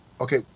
Okay